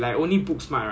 ya